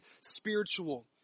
Spiritual